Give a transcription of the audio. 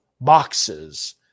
boxes